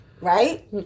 right